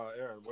Aaron